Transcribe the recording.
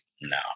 no